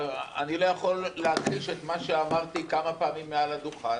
אני לא יכול להכחיש את מה שאמרתי כמה פעמים מעל הדוכן,